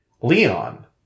Leon